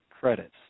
credits